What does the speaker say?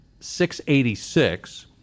686